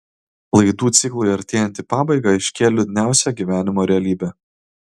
laidų ciklui artėjant į pabaigą aiškėja liūdniausia gyvenimo realybė